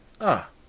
Ah